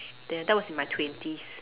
that that was in my twenties